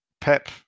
Pep